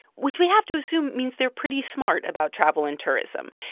which we have to assume means they're pretty smart about travel and tourism.